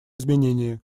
изменения